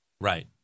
Right